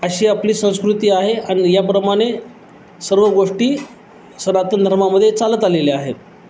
अशी आपली संस्कृती आहे आणि याप्रमाणे सर्व गोष्टी सनातन धर्मामध्ये चालत आलेल्या आहेत